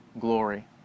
glory